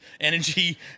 energy